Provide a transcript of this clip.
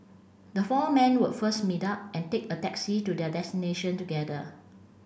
the four men would first meet up and take a taxi to their destination together